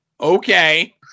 Okay